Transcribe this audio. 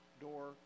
door